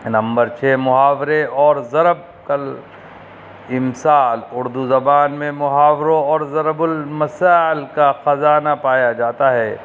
number چھ محاورے اور ضرب الامثال اردو زبان میں محاوروں اور ضرب الامثال کا خزانہ پایا جاتا ہے